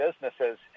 businesses